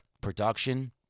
production